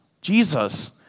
Jesus